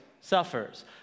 suffers